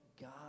God